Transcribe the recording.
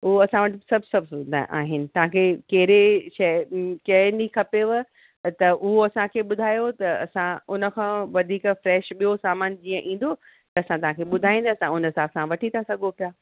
उहो असां वटि सभु सभु सुविधा आहिनि तव्हांखे कहिड़े शहर कंहिं ॾींहं खपेव त त उहो असांखे ॿुधायो त असां हुन खां वधीक फ़्रेश ॿियो सामान जीअं ईंदो त असां तव्हांखे ॿुधाईंदासि तव्हां हुन हिसाब सां वठी था सघो पिया